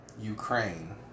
Ukraine